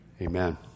Amen